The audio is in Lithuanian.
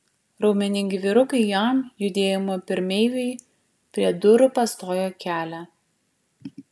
raumeningi vyrukai jam judėjimo pirmeiviui prie durų pastojo kelią